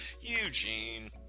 Eugene